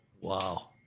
Wow